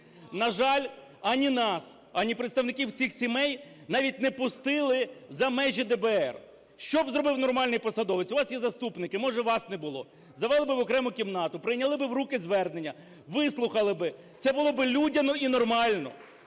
На жаль, ані нас, ані представників цих сімей навіть не пустили за межі ДБР. Що б зробив нормальний посадовець? У вас є заступники, може, вас не було. Завели би в окрему кімнату, прийняли би в руки звернення, вислухали би. Це було би людяно і нормально.